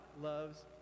loves